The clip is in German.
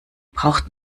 braucht